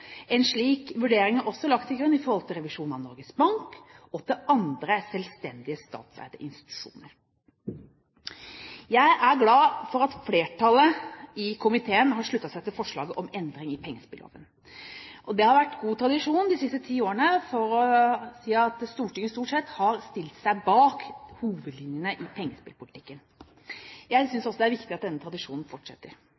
En slik vurdering er også lagt til grunn i forhold til revisjon av Norges Bank, og til andre selvstendige statseide institusjoner. Jeg er glad for at flertallet i komiteen har sluttet seg til forslaget om endring i pengespilloven. Det har vært god tradisjon de siste ti årene for å si at Stortinget stort sett har stilt seg bak hovedlinjene i pengespillpolitikken. Jeg